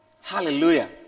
Hallelujah